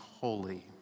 holy